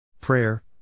Prayer